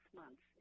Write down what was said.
months